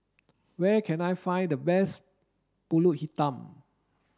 where can I find the best Pulut Hitam